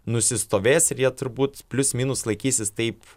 nusistovės ir jie turbūt plius minus laikysis taip